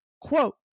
Quote